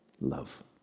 love